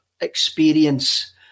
experience